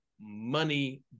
Money